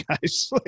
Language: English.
guys